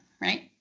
right